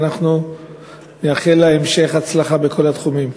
ואנחנו נאחל לה המשך הצלחה בכל התחומים.